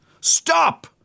Stop